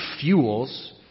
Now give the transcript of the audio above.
fuels